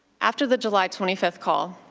after the july twenty five call,